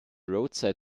roadside